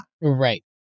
Right